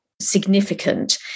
significant